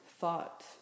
thought